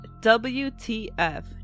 WTF